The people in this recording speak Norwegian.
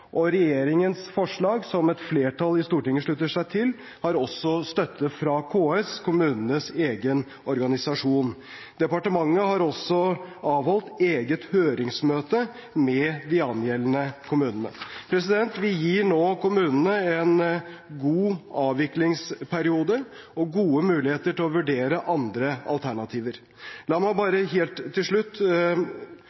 Og regjeringens forslag, som et flertall i Stortinget slutter seg til, har også støtte fra KS – kommunenes egen organisasjon. Departementet har også avholdt eget høringsmøte med de angjeldende kommunene. Vi gir nå kommunene en god avviklingsperiode og gode muligheter til å vurdere andre alternativer. La meg